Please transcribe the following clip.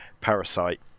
Parasite